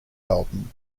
album